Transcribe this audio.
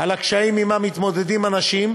על הקשיים שעמם מתמודדות הנשים,